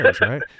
right